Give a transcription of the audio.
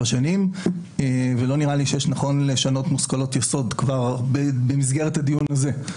שנים ולא לי נכון לשנות מושכלות יסוד במסגרת הדיון הזה.